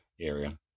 area